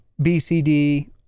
BCD